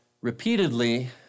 Repeatedly